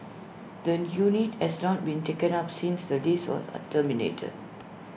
the unit has not been taken up since the lease was A terminated